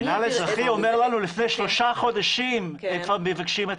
המינהל האזרחי אומר לנו שלפני שלושה חודשים הם כבר מבקשים את